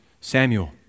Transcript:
Samuel